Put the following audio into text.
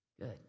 good